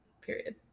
Period